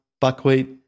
buckwheat